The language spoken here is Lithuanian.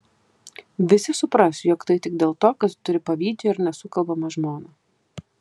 visi supras jog tai tik dėl to kad turi pavydžią ir nesukalbamą žmoną